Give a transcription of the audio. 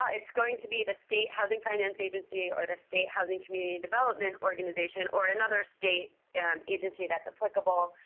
it's going to be the state housing finance agency, or the state housing community development organization, or another state and agency that's applicable.